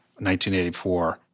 1984